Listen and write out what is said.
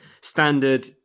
standard